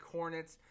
Hornets